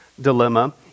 dilemma